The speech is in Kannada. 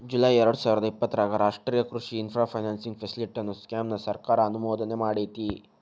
ಜುಲೈ ಎರ್ಡಸಾವಿರದ ಇಪ್ಪತರಾಗ ರಾಷ್ಟ್ರೇಯ ಕೃಷಿ ಇನ್ಫ್ರಾ ಫೈನಾನ್ಸಿಂಗ್ ಫೆಸಿಲಿಟಿ, ಅನ್ನೋ ಸ್ಕೇಮ್ ನ ಸರ್ಕಾರ ಅನುಮೋದನೆಮಾಡೇತಿ